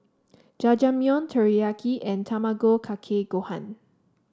Jajangmyeon Teriyaki and Tamago Kake Gohan